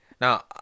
Now